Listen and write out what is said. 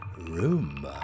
room